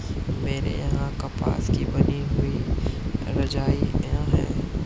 मेरे यहां कपास की बनी हुई रजाइयां है